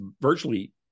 virtually